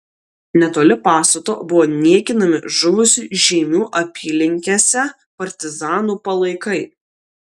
netoli pastato buvo niekinami žuvusių žeimių apylinkėse partizanų palaikai